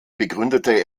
begründete